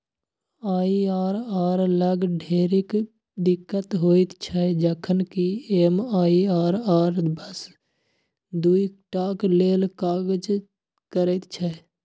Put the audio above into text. IRR लग ढेरिक दिक्कत होइत छै जखन कि एम.आई.आर.आर बस दुइ टाक लेल काज करैत छै